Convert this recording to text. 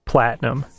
Platinum